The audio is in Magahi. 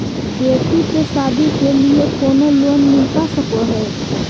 बेटी के सादी के लिए कोनो लोन मिलता सको है?